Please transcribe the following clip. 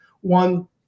one